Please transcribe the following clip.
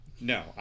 No